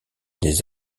des